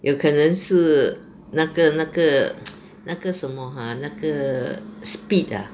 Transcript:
有可能是那个那个那个什么 !huh! 那个 speed ah